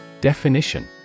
Definition